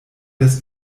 des